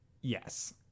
Yes